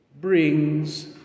brings